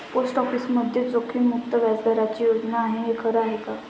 Post ऑफिसमध्ये जोखीममुक्त व्याजदराची योजना आहे, हे खरं आहे का?